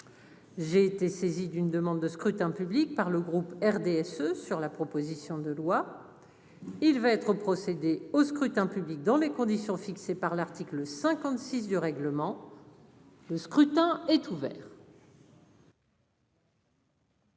J'ai été saisi d'une demande de scrutin public par le groupe RDSE sur la proposition de loi, il va être procédé au scrutin public dans les conditions fixées par l'article 56 du règlement. Le scrutin est ouvert.